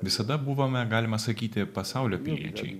visada buvome galima sakyti pasaulio piliečiai